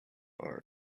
are